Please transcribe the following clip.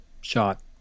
shot